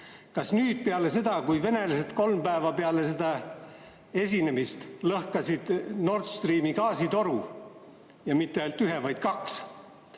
Kas nüüd peale seda, kui venelased kolm päeva peale seda esinemist lõhkasid Nord Streami gaasitoru – ja mitte ainult ühe, vaid kaks